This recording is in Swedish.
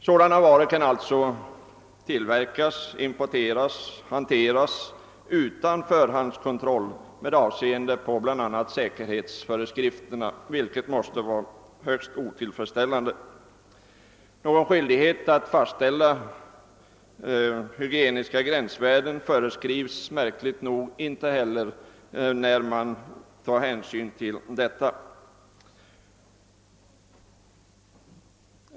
Sådana varor kan alltså tillverkas, importeras och hanteras utan förhandskontroll med avseende på bl.a. säkerhetsföreskrifterna, vilket måste vara högst otillfredsställande. Någon skyldig het att fastställa hygieniska gränsvärden föreskrivs märkligt nog inte heller.